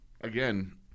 again